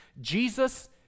Jesus